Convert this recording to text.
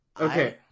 okay